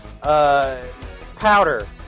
Powder